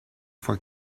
for